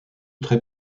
très